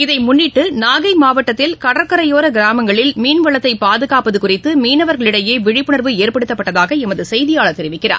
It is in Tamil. இதை முன்னிட்டு நாகை மாவட்டத்தில் கடற்கரையோர கிராமங்களில் மீன் வளத்தை பாதுகாப்பது குறித்து மீனவர்களிடையே விழிப்புணர்வு ஏற்படுத்தப்பட்டதாக எமது செய்தியாளர் தெரிவிக்கிறார்